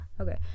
Okay